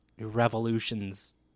revolutions